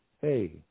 Hey